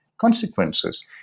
consequences